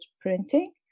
printing